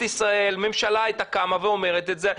ישראל ממשלה הייתה קמה ואומרת את זה,